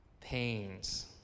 pains